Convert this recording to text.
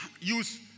use